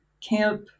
camp